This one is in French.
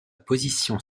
position